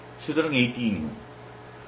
সুতরাং এইটি নিয়ম